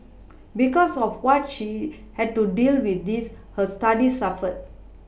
because of what she had to deal with this her Studies suffered